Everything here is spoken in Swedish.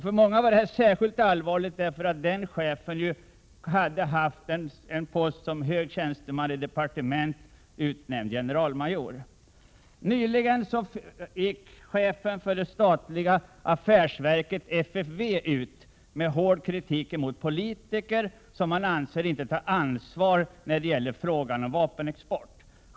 För många var detta särskilt allvarligt, därför att den chefen ju hade haft en post som hög tjänsteman i ett departement och var utnämnd till generalmajor. Nyligen offentliggjorde chefen för det statliga affärsverket FFV hård kritik mot politiker, vilka han anser inte tar ansvar i frågan om vapenexporten.